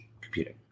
computing